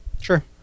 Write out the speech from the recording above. Sure